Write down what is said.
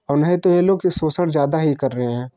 और नहीं तो यह लोग शोषण ज़्यादा ही कर रहे हैं